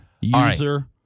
user